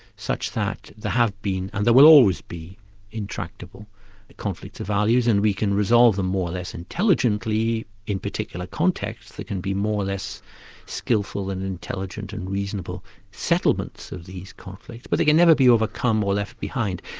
such that there have been and there will always be intractable, the conflicts of values, and we can resolve them more or less intelligently in particular contexts that can be more or less skilful and intelligent and reasonable settlements of these conflicts, but they can never be overcome or left behind.